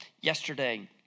yesterday